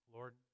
Lord